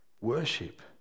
worship